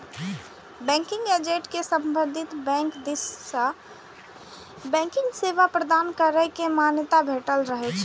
banking agent कें संबंधित bank दिस सं बैंकिंग सेवा प्रदान करै के मान्यता भेटल रहै छै